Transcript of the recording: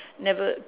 never